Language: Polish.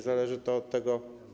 Zależy to od tego.